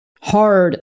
hard